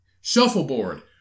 shuffleboard